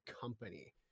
company